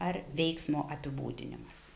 ar veiksmo apibūdinimas